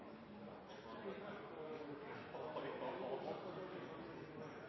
er dekket så